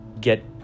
get